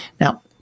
Now